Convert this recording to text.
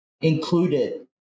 included